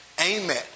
Amen